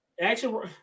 Action